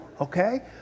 okay